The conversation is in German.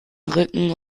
rücken